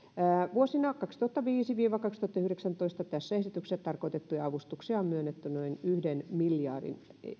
vuosina kaksituhattaviisi viiva kaksituhattayhdeksäntoista on tässä esityksessä tarkoitettuja avustuksia myönnetty noin yhden miljardin